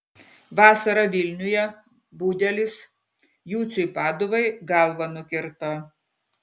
vasarą vilniuje budelis juciui paduvai galvą nukirto